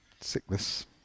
Sickness